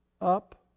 up